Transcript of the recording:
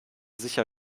sicher